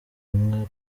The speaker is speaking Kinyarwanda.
umwe